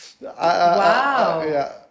Wow